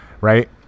Right